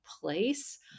place